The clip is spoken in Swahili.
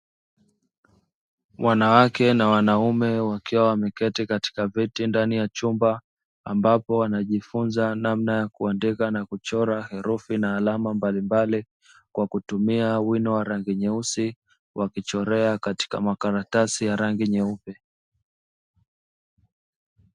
Wanawake na wanaume wakiwa wameketi katika viti ndani ya chumba. Ambapo wanajifunza namna ya kuandika na kuchora herufi na alama mbalimbali kwa kutumia wino wa rangi nyeusi, wakichorea katika makaratasi ya rangi nyeupe.